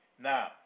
Now